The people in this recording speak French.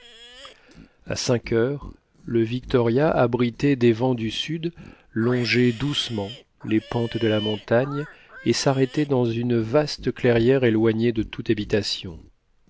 a cinq heures le victoria abrité des vents du sud longeait doucement les pentes de la montagne et sarrêtait dans une vaste clairière éloignée de toute habitation